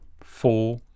four